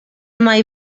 mai